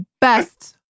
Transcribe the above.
best